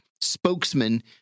spokesman